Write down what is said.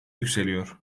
yükseliyor